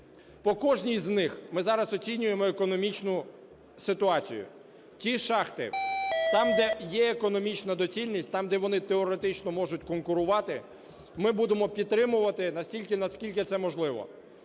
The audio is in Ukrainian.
По кожній з них ми зараз оцінюємо економічну ситуацію. Ті шахти - там, де є економічна доцільність, там, де вони теоретично можуть конкурувати, – ми будемо підтримувати настільки, наскільки це можливо.